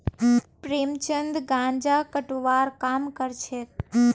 प्रेमचंद गांजा कटवार काम करछेक